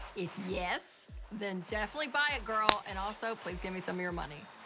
if yes, then definitely buy it, girl. and also, please give me some of your money.